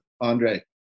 Andre